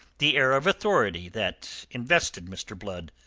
the air of authority that invested mr. blood,